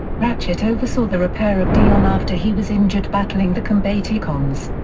ratchet oversaw the repair of dion after he was injured battling the combaticons.